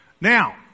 Now